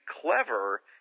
clever –